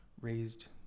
raised